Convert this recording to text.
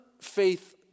faith